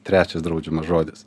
trečias draudžiamas žodis